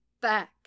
back